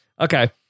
Okay